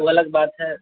वह अलग बात है